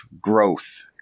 growth